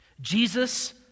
Jesus